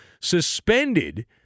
suspended